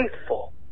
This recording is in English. faithful